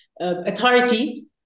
authority